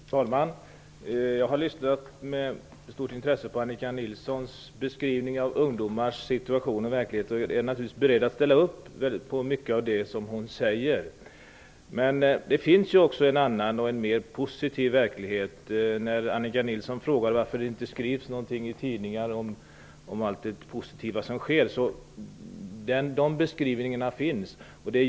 Fru talman! Jag har med stort intresse lyssnat på Annika Nilssons beskrivning av ungdomars situation och verklighet. Jag är naturligtvis beredd att ställa upp på mycket av det hon säger. Men det finns ju också en annan och mer positiv verklighet. Annika Nilsson frågar varför det inte skrivs något i tidningar om allt det positiva som sker. De beskrivningarna finns.